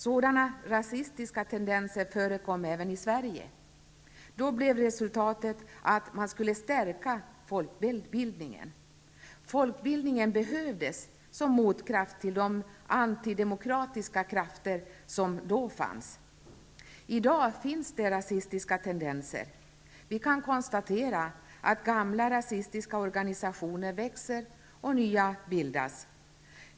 Sådana rasistiska tendenser förekom även i Sverige. Då blev resultatet att man skulle stärka folkbildningen. Folkbildningen behövdes som motkraft till de antidemokratiska krafter som då fanns. I dag finns det rasistiska tendenser. Vi kan konstatera att gamla rasistiska organisationer växer och nya bildas.